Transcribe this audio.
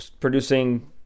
producing